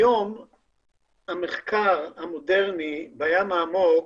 היום המחקר המודרני בים העמוק,